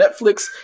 Netflix